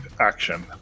action